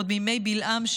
עוד מימי בלעם,